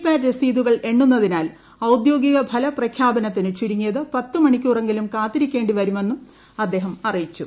പാറ്റ് രസീ തുകൾ എണ്ണുന്നതിനാൽ ഔദ്യോഗികഫലപ്രഖ്യാപനത്തിന് ചുരുങ്ങിയത് പത്തുമണിക്കൂറെങ്കിലും കാത്തിരിക്കേണ്ടി വരുമെന്നും അദ്ദേഹം അറിയിച്ചു